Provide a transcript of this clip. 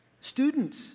Students